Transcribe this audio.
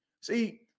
See